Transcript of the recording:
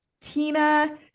tina